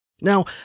Now